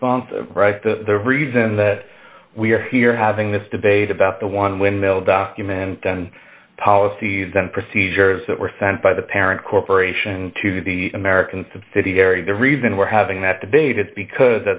response the reason that we are here having this debate about the one windmill document and policies and procedures that were sent by the parent corporation to the american subsidiary the reason we're having that debate is because